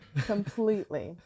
completely